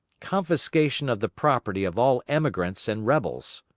confiscation of the property of all emigrants and rebels.